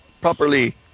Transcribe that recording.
properly